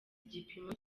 igipimo